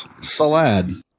Salad